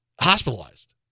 hospitalized